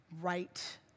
right